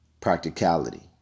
practicality